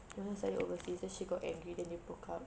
he went to study overseas then she got angry then they broke up